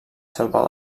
selva